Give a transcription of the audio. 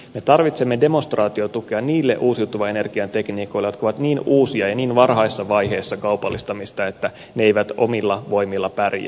me tarvitsemme demonstraatiotukea niille uusiutuvan energian tekniikoille jotka ovat niin uusia ja niin varhaisessa vaiheessa kaupallistamista että ne eivät omilla voimilla pärjää